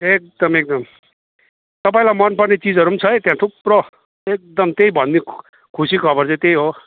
एकदम एकदम तपाईँलाई मनपर्ने चिजहरू पनि छ है थुप्रो एकदम त्यही भन्नु खुसीको खबर चाहिँ त्यही हो